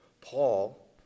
Paul